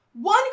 One